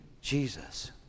Jesus